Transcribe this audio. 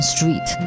Street